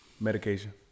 Medication